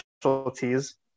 specialties